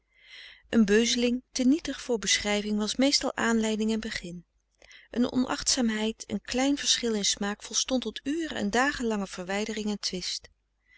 een beuzeling te nietig voor beschrijving was meestal aanleiding en begin een onachtzaamheid een klein verschil in smaak volstond tot uren en dagen lange verwijdering en twist